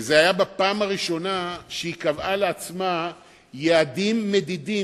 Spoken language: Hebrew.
וזו היתה הפעם הראשונה שהיא קבעה לעצמה יעדים מדידים,